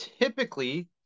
typically